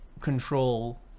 control